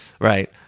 right